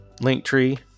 Linktree